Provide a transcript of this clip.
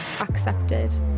accepted